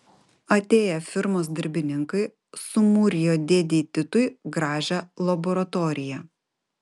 atėję firmos darbininkai sumūrijo dėdei titui gražią laboratoriją